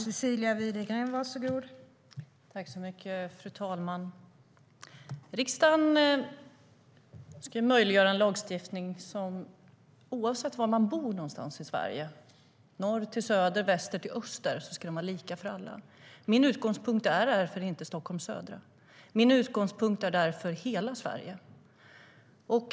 Fru talman! Riksdagen ska möjliggöra en lagstiftning som är lika för alla oavsett var man bor i Sverige. Min utgångspunkt är därför inte södra Stockholm. Min utgångspunkt är hela Sverige.